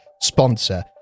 sponsor